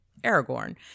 Aragorn